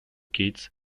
kids